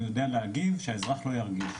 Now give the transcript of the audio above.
הוא יודע להגיב שהאזרח לא ירגיש,